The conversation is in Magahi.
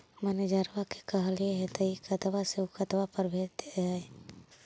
मैनेजरवा के कहलिऐ तौ ई खतवा से ऊ खातवा पर भेज देहै?